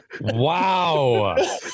Wow